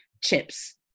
chips